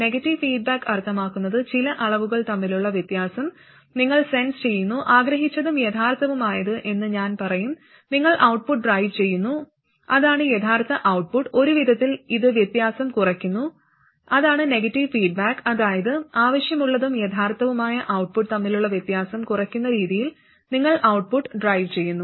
negative feedback അർത്ഥമാക്കുന്നത് ചില അളവുകൾ തമ്മിലുള്ള വ്യത്യാസം നിങ്ങൾ സെൻസ് ചെയ്യുന്നു ആഗ്രഹിച്ചതും യഥാർത്ഥവുമായത് എന്ന് ഞാൻ പറയും നിങ്ങൾ ഔട്ട്പുട്ട് ഡ്രൈവ് ചെയ്യുന്നു അതാണ് യഥാർത്ഥ ഔട്ട്പുട്ട് ഒരു വിധത്തിൽ ഇത് വ്യത്യാസം കുറക്കുന്നു അതാണ് നെഗറ്റീവ് ഫീഡ്ബാക്ക് അതായത് ആവശ്യമുള്ളതും യഥാർത്ഥവുമായ ഔട്ട്പുട്ട് തമ്മിലുള്ള വ്യത്യാസം കുറയ്ക്കുന്ന രീതിയിൽ നിങ്ങൾ ഔട്ട്പുട്ട് ഡ്രൈവ് ചെയ്യുന്നു